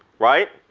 right?